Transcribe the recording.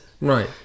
Right